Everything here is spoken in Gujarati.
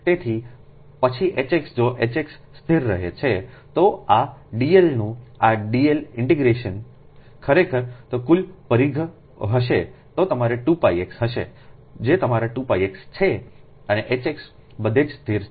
તેથી પછી H x જો H x સ્થિર રહે છે તો આ dl નું આ dl ઇન્ટિગ્રેશન ખરેખર તે કુલ પરિઘ હશે જે તમારા 2πx હશે જે તમારા 2πx છે અને Hx બધે જ સ્થિર છે